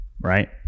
right